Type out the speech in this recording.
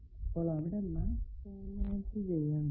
അപ്പോൾ അവിടെ match terminate ചെയ്യേണ്ടതാണ്